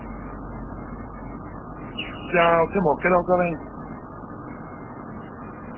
जां उत्थै मौके'र औगा मैं